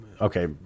okay